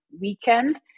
weekend